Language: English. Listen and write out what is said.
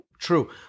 true